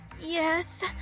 yes